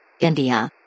India